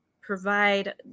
provide